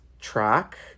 track